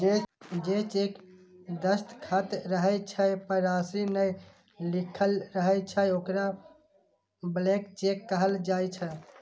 जे चेक मे दस्तखत रहै छै, पर राशि नै लिखल रहै छै, ओकरा ब्लैंक चेक कहल जाइ छै